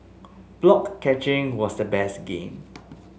block catching was the best game